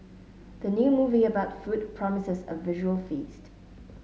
the new movie about food promises a visual feast